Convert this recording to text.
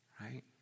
right